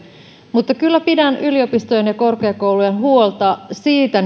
mutta pidän kyllä hyvin perusteltuna yliopistojen ja korkeakoulujen huolta siitä